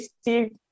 Steve